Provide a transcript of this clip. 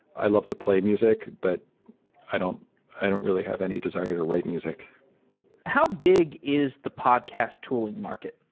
i love to play music, but i don't i don't really have any desire to write music how big is the podcast tooling market?